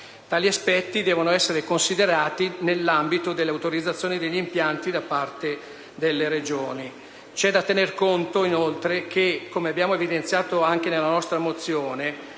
Tali aspetti devono essere considerati nell'ambito delle autorizzazioni degli impianti da parte delle Regioni. Inoltre, c'è da tenere conto del fatto che, come evidenziato nella nostra mozione,